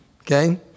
okay